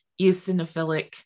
eosinophilic